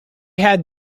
had